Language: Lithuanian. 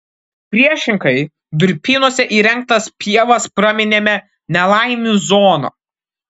priešingai durpynuose įrengtas pievas praminėme nelaimių zona